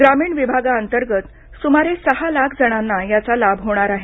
ग्रामीण विभागाअंतर्गत सुमारे सहा लाख जणांना याचा लाभ होणार आहे